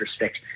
respect